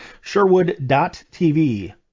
sherwood.tv